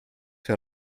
für